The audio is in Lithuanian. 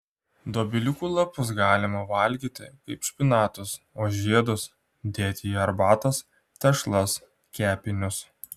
dobiliukų lapus galima valgyti kaip špinatus o žiedus dėti į arbatas tešlas kepinius